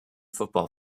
football